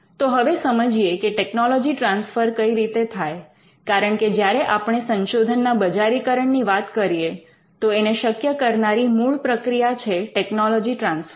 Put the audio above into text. તો હવે સમજીએ કે ટેકનોલોજી ટ્રાન્સફર કઈ રીતે થાય કારણકે જ્યારે આપણે સંશોધનના બજારીકરણ ની વાત કરીએ તો એને શક્ય કરનારી મૂળ પ્રક્રિયા છે ટેકનોલોજી ટ્રાન્સફર